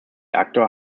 actor